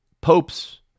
popes